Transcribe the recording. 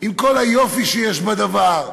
עם כל היופי שיש בדבר.